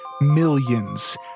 millions